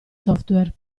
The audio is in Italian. software